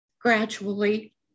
gradually